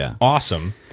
awesome